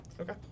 Okay